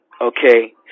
okay